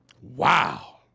Wow